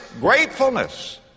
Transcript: gratefulness